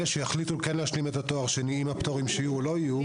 אלה שיחליטו להשלים את התואר השני עם הפטורים שיהיו או לא יהיו,